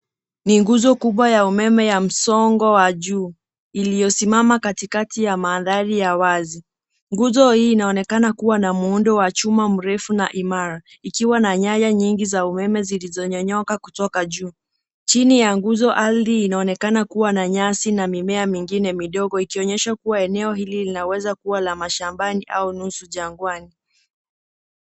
Ni nguzo kubwa ya umeme ya msongo wa juu iliyosimama katikati ya mandhari ya wazi. Nguzo hii inaonekana kuwa na muundo wa chuma mrefu na imara ikiwa na nyaya nyingi za umeme zilizonyonyoka kutoka juu. Chini ya nguzo ardhi inaonekana kuwa na nyasi na mimea mengine midogo ikionyesha kuwa eneo hili linaweza kuwa la mashambani au nusu jangwani.